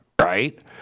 right